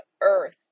earth